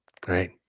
Great